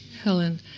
Helen